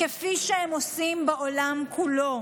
כפי שהם עושים בעולם כולו,